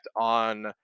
on